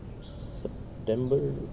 September